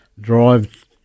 drive